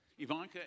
Ivanka